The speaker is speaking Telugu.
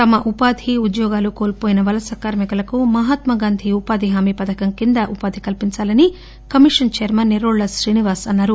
తమ ఉపాధి ఉద్యోగాలు కోల్పోయిన వలస కార్మికులకు మహాత్మాగాంధీ ఉపాధి హామీ పథకం కింద ఉపాధి కల్పించాలని కమిషన్ చైర్మన్ ఎర్రోళ్ల శ్రీనివాస్ అన్నారు